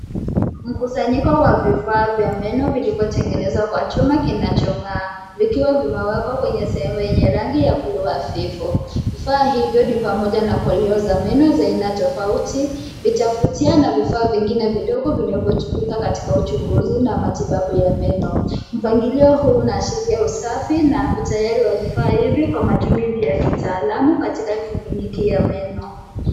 Mkusanyiko wa vifaa vya meno vilivyotengenezwa kwa chuma kinachong'aa vikiwa vimewekwa kwenye sehemu yenye rangi ya buluu hafifu. Vifaa hivyo ni pamoja na koleo za meno za aina tofauti, vitafutia na vifaa vingine vidogo vinavyotumika katika uchunguzi na matibabu ya meno. Mpangilio huu unaashiria usafi na utayari wa vifaa hivi kwa matumizi ya kitaalamu katika kliniki ya meno.